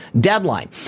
deadline